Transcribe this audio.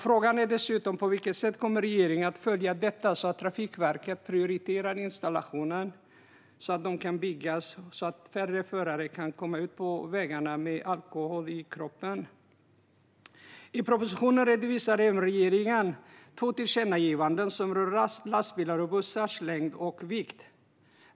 Frågan är dessutom på vilket sätt regeringen kommer att följa detta så att Trafikverket prioriterar installationen och färre förare därmed kan komma ut på vägarna med alkohol i kroppen. I propositionen redovisar regeringen även två tillkännagivanden som rör lastbilars och bussars längd och vikt.